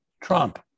Trump